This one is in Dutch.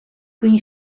kun